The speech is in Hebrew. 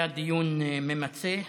היה דיון ממצה.